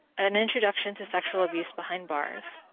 an introduction to sexual abuse behind bars,